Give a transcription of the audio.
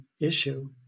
issue